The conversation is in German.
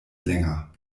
länger